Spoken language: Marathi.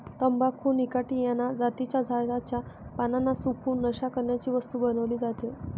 तंबाखू निकॉटीयाना जातीच्या झाडाच्या पानांना सुकवून, नशा करण्याची वस्तू बनवली जाते